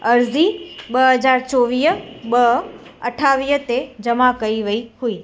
अर्ज़ी ॿ हज़ार चोवीह ॿ अठावीह ते जमा कई वई हुई